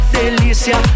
delícia